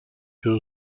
peut